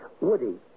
Woody